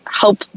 help